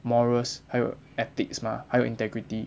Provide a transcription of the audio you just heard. morals 还有 ethics mah 还有 integrity